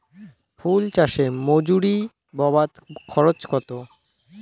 ফুল চাষে মজুরি বাবদ খরচ কত?